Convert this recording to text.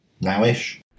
now-ish